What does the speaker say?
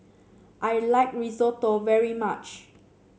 I like Risotto very much